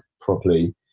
properly